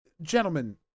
gentlemen